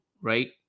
right